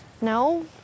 No